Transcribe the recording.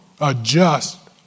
adjust